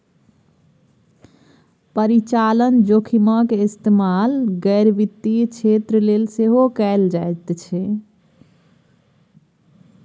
परिचालन जोखिमक इस्तेमाल गैर वित्तीय क्षेत्र लेल सेहो कैल जाइत छै